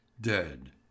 dead